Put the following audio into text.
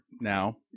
now